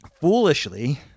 foolishly